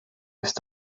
ist